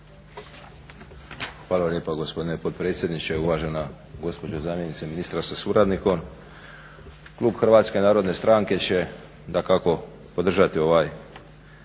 Hvala lijepa gospodine potpredsjedniče, uvažena gospođo zamjenice ministra sa suradnikom. Klub HNS-a će dakako podržati ovaj